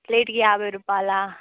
ప్లేట్కి యాభై రూపాయల